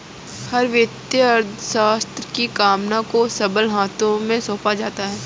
हर वित्तीय अर्थशास्त्र की कमान को सबल हाथों में सौंपा जाता है